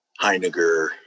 Heinegger